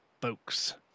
folks